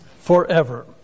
forever